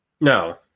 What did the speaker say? No